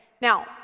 Now